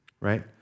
right